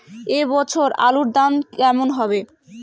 এ বছর আলুর দাম কেমন হবে?